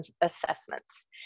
assessments